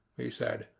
he said,